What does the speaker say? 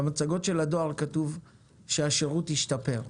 הדואר כתוב שהשירות השתפר,